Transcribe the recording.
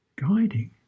guiding